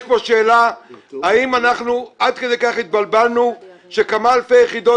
פה שאלה האם אנחנו עד כדי כך התבלבלנו שעבור כמה אלפי יחידות